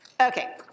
Okay